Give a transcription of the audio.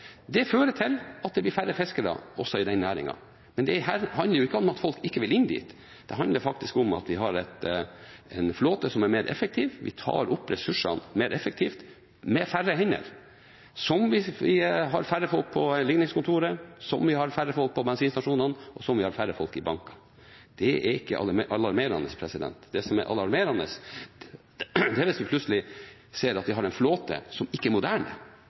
Det fører til at det blir færre fiskere også i den næringen. Dette handler ikke om at folk ikke vil inn dit, det handler om at vi har en flåte som er mer effektiv. Vi tar opp ressursene mer effektivt, med færre hender – på samme måte som vi har færre folk på ligningskontoret, færre folk på bensinstasjonene og færre folk i bankene. Det er ikke alarmerende. Det som kan være alarmerende, er hvis en plutselig ser at vi har en flåte som ikke er moderne,